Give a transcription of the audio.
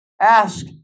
Ask